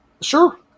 Sure